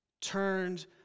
turned